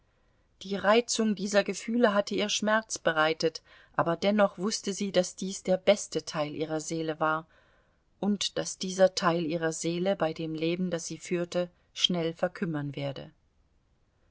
die reizung dieser gefühle hatte ihr schmerz bereitet aber dennoch wußte sie daß dies der beste teil ihrer seele war und daß dieser teil ihrer seele bei dem leben das sie führte schnell verkümmern werde